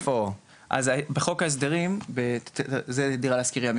אז על איזה דירות אתה מדבר?